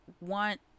want